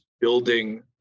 building